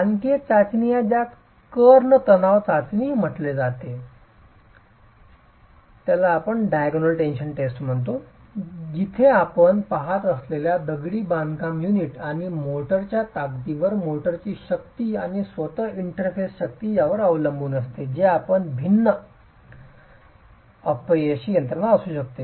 आणखी एक चाचणी आहे ज्यास कर्ण तणाव चाचणी म्हटले जाते जिथे आपण पहात असलेल्या दगडी बांधकाम युनिट आणि मोर्टारच्या ताकदीवर मोर्टारची शक्ती आणि स्वतःच इंटरफेसची शक्ती यावर अवलंबून असते जे आपणास येथे भिन्न अपयशी यंत्रणा असू शकते